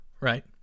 right